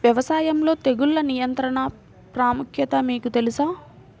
వ్యవసాయంలో తెగుళ్ల నియంత్రణ ప్రాముఖ్యత మీకు తెలుసా?